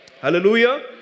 Hallelujah